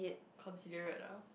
considerate ah